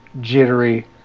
jittery